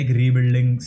rebuilding